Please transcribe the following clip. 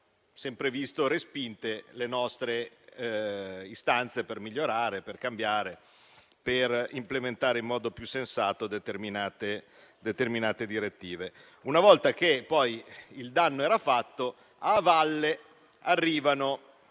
sempre visto respinte le nostre istanze per migliorare, cambiare ed implementare in modo più sensato determinate direttive. Una volta che poi il danno è fatto, a valle arrivano